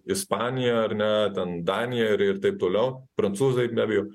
ispaniją ar ne ten daniją ir ir taip toliau prancūzai be abejo